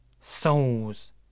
souls